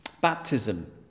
Baptism